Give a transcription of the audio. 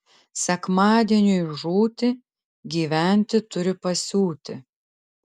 sekmadieniui žūti gyventi turi pasiūti